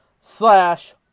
slash